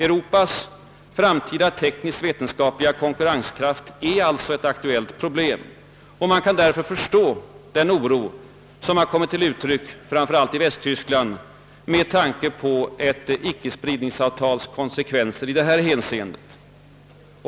Europas framtida teknisk-vetenskapliga konkurrenskraft är alltså ett aktuellt problem, och man kan därför förstå den oro som har kommit till uttryck, framför allt i Västtyskland, med tanke på ett icke-spridningsavtals konsekvenser i detta hänseende.